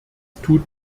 tut